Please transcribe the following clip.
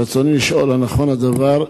רצוני לשאול: 1. האם נכון הדבר?